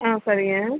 ஆ சரிங்க